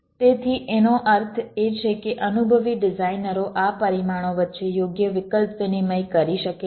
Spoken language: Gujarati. તેથી એનો અર્થ એ છે કે અનુભવી ડિઝાઇનરો આ પરિમાણો વચ્ચે યોગ્ય વિકલ્પ વિનિમય કરી શકે છે